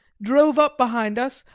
drove up behind us,